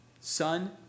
Son